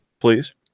Please